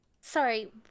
sorry